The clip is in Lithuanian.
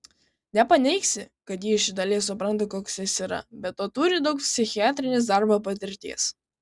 nepaneigsi kad ji iš dalies supranta koks jis yra be to turi daug psichiatrės darbo patirties